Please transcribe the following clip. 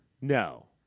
No